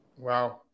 Wow